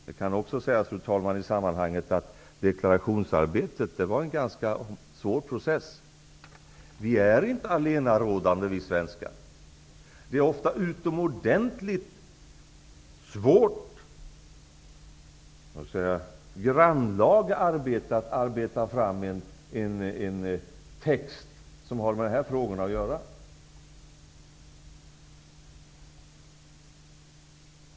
Det kan också sägas i sammanhanget, fru talman, att deklarationsarbetet var en ganska svår process. Vi svenskar är inte allenarådande. Det är ofta en utomordentligt svår för att inte säga grannlaga uppgift att arbeta fram en text som har med sådana här frågor att göra.